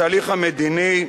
התהליך המדיני,